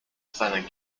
seiner